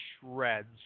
shreds